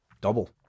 double